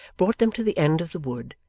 brought them to the end of the wood,